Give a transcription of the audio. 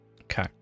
Okay